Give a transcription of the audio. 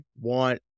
want